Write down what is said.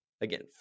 Again